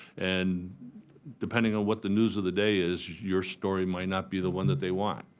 and depending ah what the news of the day is, your story might not be the one that they want.